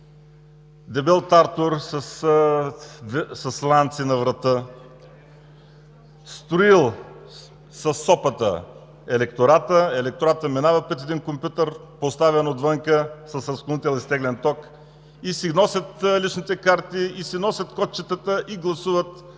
дебел тартор с ланци на врата, строил със сопата електората. Електоратът минава пред един компютър, поставен отвън, с разклонител изтеглен ток, и си носят личните карти, и си носят кодчетата и гласуват